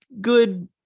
good